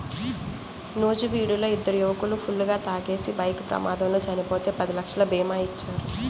నూజివీడులో ఇద్దరు యువకులు ఫుల్లుగా తాగేసి బైక్ ప్రమాదంలో చనిపోతే పది లక్షల భీమా ఇచ్చారు